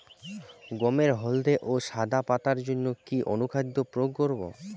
গমের হলদে ও সাদা পাতার জন্য কি অনুখাদ্য প্রয়োগ করব?